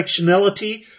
directionality